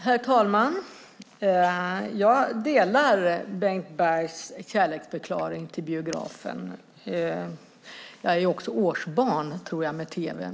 Herr talman! Jag delar Bengt Bergs kärleksförklaring till biografen. Jag tror också att jag är årsbarn med tv.